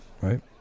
right